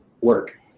work